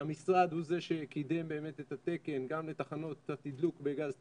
המשרד הוא זה שקידם באמת את התקן גם לתחנות התדלוק בגז טבעי,